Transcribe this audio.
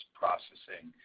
processing